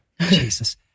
Jesus